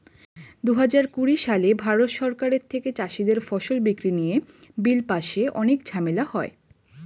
দুহাজার কুড়ি সালে ভারত সরকারের থেকে চাষীদের ফসল বিক্রি নিয়ে বিল পাশে অনেক ঝামেলা হয়